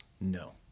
No